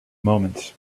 moments